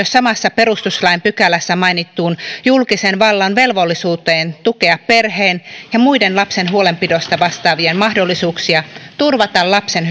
samassa perustuslain pykälässä mainittuun julkisen vallan velvollisuuteen tukea perheen ja muiden lapsen huolenpidosta vastaavien mahdollisuuksia turvata lapsen